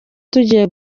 tugiye